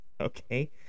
Okay